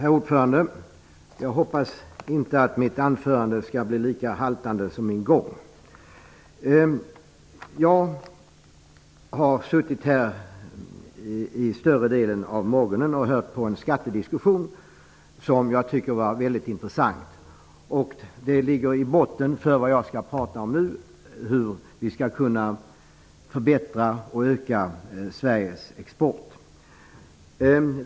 Herr talman! Jag har suttit här större delen av morgonen och hört på en skattediskussion som jag tycker var mycket intressant. Den utgör bakgrund till det jag skall prata om nu, nämligen hur vi skall kunna förbättra och öka Sveriges export.